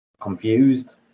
confused